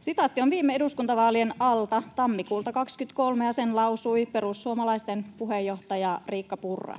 Sitaatti on viime eduskuntavaalien alta tammikuulta 23, ja sen lausui perussuomalaisten puheenjohtaja Riikka Purra.